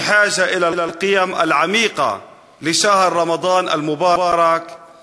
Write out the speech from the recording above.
זקוקים לערכים העמוקים של חודש רמדאן המבורך.